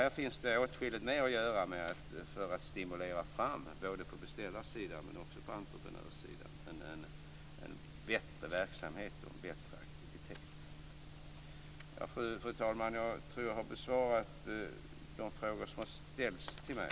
Här finns åtskilligt mer att göra, både på beställarsidan och på entreprenörssidan, för att stimulera fram en bättre verksamhet och en bättre aktivitet. Fru talman! Jag tror att jag har besvarat de frågor som har ställts till mig.